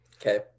Okay